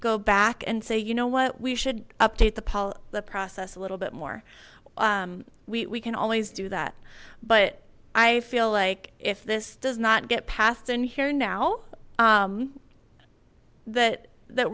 go back and say you know what we should update the pilot process a little bit more we can always do that but i feel like if this does not get passed in here now that that